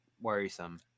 worrisome